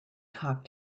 talk